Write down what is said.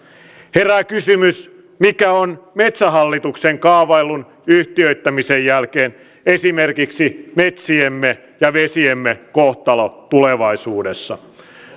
herää kysymys mikä on metsähallituksen kaavaillun yhtiöittämisen jälkeen esimerkiksi metsiemme ja vesiemme kohtalo tulevaisuudessa